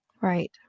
Right